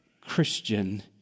Christian